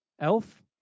Elf